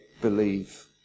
believe